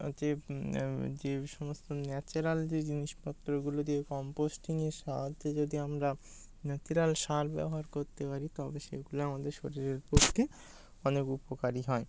যে যে সমস্ত ন্যাচারাল যে জিনিসপত্রগুলো দিয়ে কম্পোস্টিংয়ের সাহায্যে যদি আমরা ন্যাচারাল সার ব্যবহার করতে পারি তবে সেগুলো আমাদের শরীরের পক্ষে অনেক উপকারি হয়